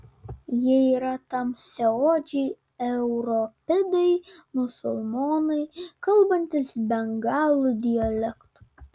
jie yra tamsiaodžiai europidai musulmonai kalbantys bengalų dialektu